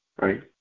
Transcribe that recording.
right